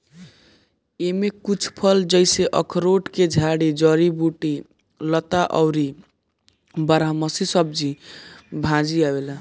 एमे कुछ फल जइसे अखरोट के झाड़ी, जड़ी बूटी, लता अउरी बारहमासी सब्जी भाजी आवेला